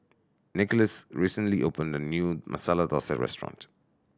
Nicholas recently opened a new Masala Dosa Restaurant